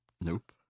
nope